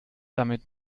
damit